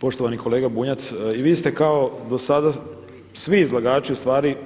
Poštovani kolega Bunjac, i vi ste kao do sada svi izlagači ustvari